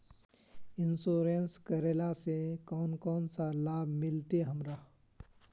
Insurance करेला से कोन कोन सा लाभ मिलते हमरा?